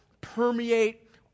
permeate